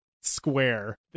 square